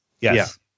yes